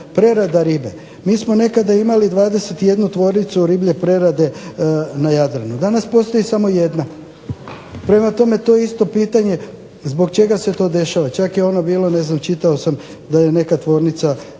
prerada ribe. Mi smo nekada imali 21 tvornicu riblje prerade na Jadranu. Danas postoji samo jedna. Prema tome, to je isto pitanje zbog čega se to dešava. Čak je ono bilo ne znam čitao sam da je neka tvornica